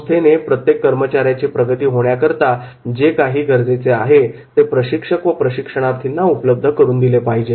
संस्थेने प्रत्येक कर्मचाऱ्याची प्रगती होण्याकरिता जे काही गरजेचे आहे ते प्रशिक्षक व प्रशिक्षणार्थींना उपलब्ध करून दिले पाहिजे